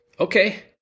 Okay